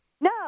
no